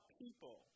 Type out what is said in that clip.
people